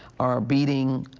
are beating.